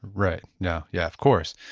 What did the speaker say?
right. yeah yeah of course.